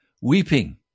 Weeping